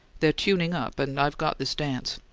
they're tuning up, and i've got this dance.